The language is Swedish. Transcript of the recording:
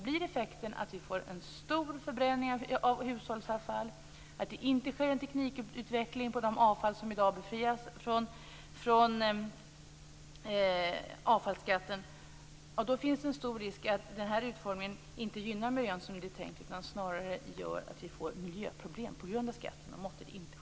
Blir effekten att vi får en stor förbränning av hushållsavfall, att det inte sker en teknikutveckling när det gäller de avfall som i dag befrias från avfallsskatten, finns en stor risk för att den här utformningen inte gynnar miljön som det är tänkt, utan snarare gör att vi får miljöproblem på grund av skatten. Måtte det inte ske!